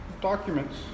documents